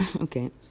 Okay